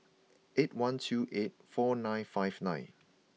eight one two eight four nine five nine